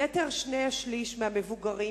יתר שני-השלישים מהמבוגרים,